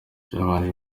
byabanje